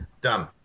Done